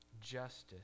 justice